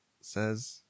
says